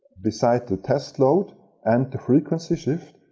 beside the test load and the frequency shift.